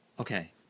Okay